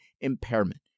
impairment